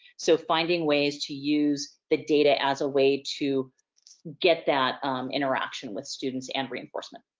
so, finding ways to use the data as a way to get that interaction with students and reinforcement.